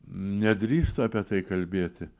nedrįstu apie tai kalbėti